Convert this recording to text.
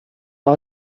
all